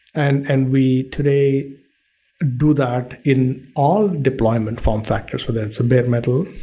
and and we today do that in all deployment form factors, whether that's bare metal,